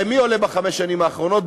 הרי מי עולה בחמש השנים האחרונות,